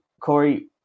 Corey